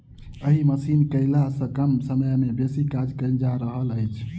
एहि मशीन केअयला सॅ कम समय मे बेसी काज कयल जा रहल अछि